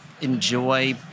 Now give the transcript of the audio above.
enjoy